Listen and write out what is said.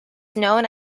known